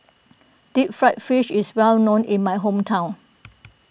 Deep Fried Fish is well known in my hometown